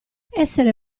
essere